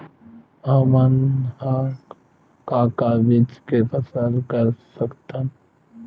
हमन ह का का बीज के फसल कर सकत हन?